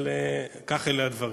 אבל אלה הדברים.